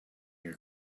your